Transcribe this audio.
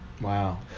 wow